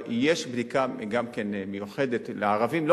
אבל יש גם בדיקה מיוחדת לערבים,